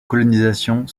colonisation